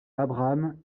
abraham